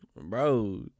Bro